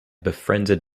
befriended